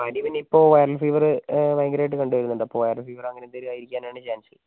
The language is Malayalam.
പനി പിന്നെ ഇപ്പോൾ വൈറല് ഫീവര് ഭയങ്കരമായിട്ട് കണ്ട് വരുന്നുണ്ട് അപ്പോൾ വൈറല് ഫീവര് അങ്ങനെ എന്തെങ്കിലുംലും ആയിരിക്കാനാണ് ചാന്സ്